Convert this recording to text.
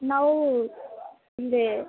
ನಾವು ಸಂಜೆ